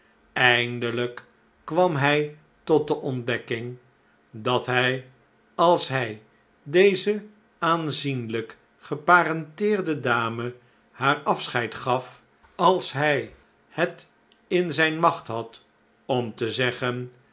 eindelijk kwam hij tot de ontdekking dat hij als hij deze aanzienlijk geparenteerde dame haar afscheid gaf als hij het in zijn macht had om te zeggen